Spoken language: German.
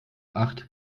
acht